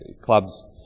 clubs